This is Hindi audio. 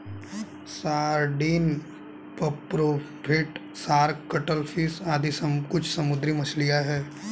sardine, pomfret, shark, cuttlefish आदि कुछ समुद्री मछलियाँ हैं